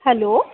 hello